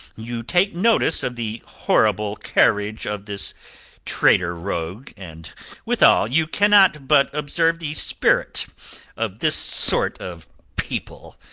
you take notice of the horrible carriage of this traitor rogue, and withal you cannot but observe the spirit of this sort of people,